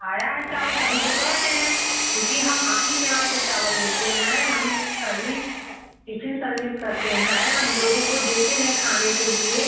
आया है चावल तभी तो कह रहे हैं क्योंकि हम आप ही के यहाँ से चावल लेते हैं हम सर्विस टिफिन सर्विस करते हैं हम लोगो को देते हैं खाने के लिए